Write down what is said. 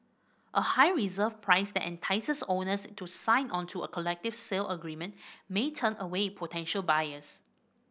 a high reserve price that entices owners to sign onto a collective sale agreement may turn away potential buyers